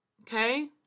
okay